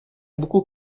beaucoup